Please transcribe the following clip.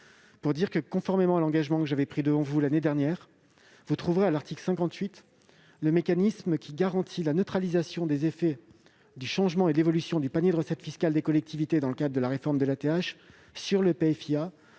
pour dire que, conformément à l'engagement que j'avais pris devant vous l'année dernière, vous trouverez à l'article 58 le mécanisme qui garantit la neutralisation des effets de l'évolution du panier de recettes fiscales des collectivités dans le cadre de la réforme de la taxe